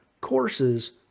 courses